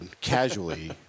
casually